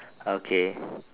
okay